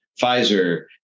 Pfizer